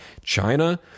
China